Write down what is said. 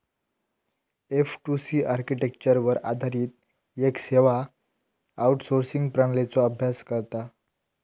F two C आर्किटेक्चरवर आधारित येक सेवा आउटसोर्सिंग प्रणालीचो अभ्यास करता